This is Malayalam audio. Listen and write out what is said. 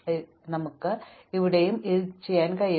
അതിനാൽ നമുക്ക് ഇവിടെയും ഇതുതന്നെ ചെയ്യാൻ കഴിയും